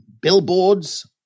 billboards